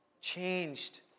changed